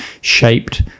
shaped